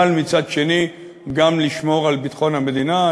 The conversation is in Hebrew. אבל מצד שני גם לשמור על ביטחון המדינה.